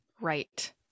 Right